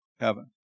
heaven